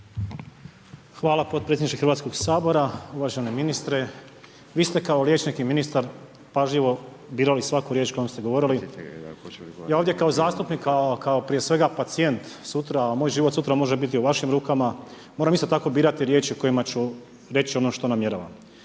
Hvala potpredsjedniče Hrvatskoga sabora. Uvaženi ministre, vi ste kao liječnik i ministar pažljivo birali svaku riječ kojom ste govorili. Ja ovdje kao zastupnik, kao prije svega pacijent sutra a moj život sutra može biti u vašim rukama, moram isto tako birati riječi kojima ću reći ono što namjeravam.